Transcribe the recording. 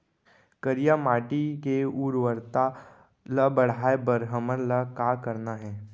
करिया माटी के उर्वरता ला बढ़ाए बर हमन ला का करना हे?